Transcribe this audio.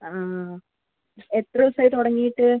ആ എത്ര ദിവസം ആയി തുടങ്ങിയിട്ട്